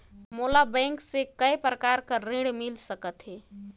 मोला बैंक से काय प्रकार कर ऋण मिल सकथे?